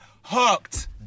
hooked